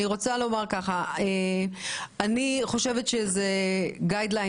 אני רוצה לומר שאני חושבת שזה גייד ליין.